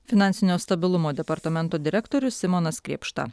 finansinio stabilumo departamento direktorius simonas krėpšta